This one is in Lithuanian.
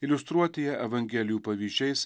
iliustruoti ją evangelijų pavyzdžiais